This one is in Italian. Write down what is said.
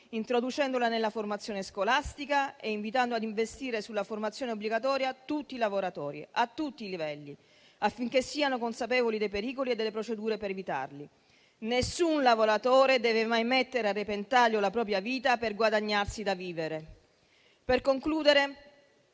introducendola nella formazione scolastica e invitando a investire sulla formazione obbligatoria tutti i lavoratori a tutti i livelli, affinché siano consapevoli dei pericoli e delle procedure per evitarli. Nessun lavoratore deve mai mettere a repentaglio la propria vita per guadagnarsi da vivere. Per concludere,